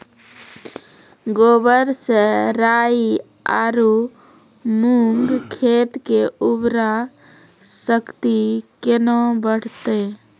गोबर से राई आरु मूंग खेत के उर्वरा शक्ति केना बढते?